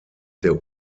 der